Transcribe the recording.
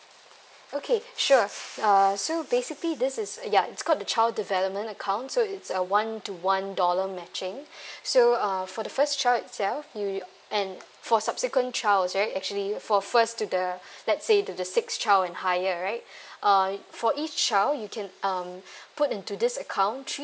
okay sure uh so basically this is ya it's called the child development account so it's uh one to one dollar matching so uh for the first child itself you and for subsequent child right actually for first to the let's say the sixth child and higher right uh for each child you can um put into this account three